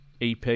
EP